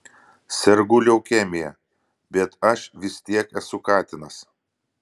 sergu leukemija bet aš vis tiek esu katinas